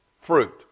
Fruit